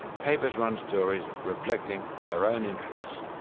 papers run stories reflecting their own interests.